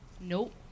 Nope